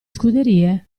scuderie